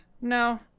no